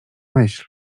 myśl